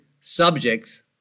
subjects